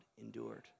endured